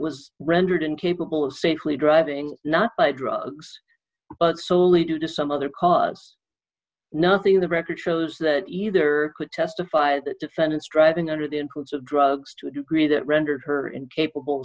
was rendered incapable of safely driving not by drugs but solely due to some other cause nothing in the record shows that either could testify the defendant's driving under the influence of drugs to a degree that rendered her in capable